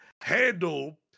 handle